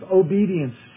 obedience